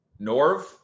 Norv